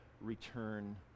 return